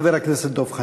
חבר הכנסת דב חנין.